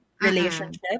relationship